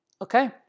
okay